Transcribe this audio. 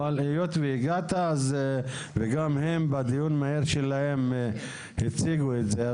אבל היות והגעת וגם הם בדיון שלהם הציגו את זה,